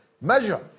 measure